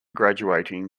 graduating